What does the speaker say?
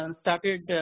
started